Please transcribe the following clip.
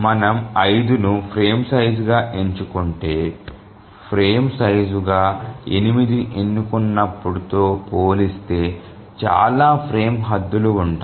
మనం 5 ను ఫ్రేమ్ సైజుగా ఎంచుకుంటే ఫ్రేమ్ సైజుగా 8 ని ఎన్నుకున్నప్పుడు తో పోలిస్తే చాలా ఫ్రేమ్ హద్దులు ఉంటాయి